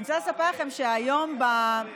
אני רוצה לספר לכם שהיום, השבוע,